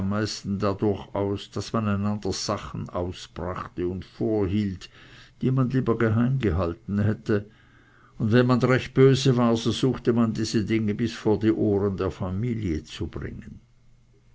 meisten dadurch aus daß man einander sachen ausbrachte und vorhielt die man lieber geheimgehalten hätte und wenn man recht böse war so suchte man diese dinge bis vor die ohren der familie zu bringen